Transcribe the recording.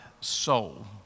soul